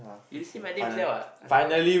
you see my name is there what I follow her